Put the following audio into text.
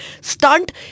stunt